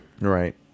right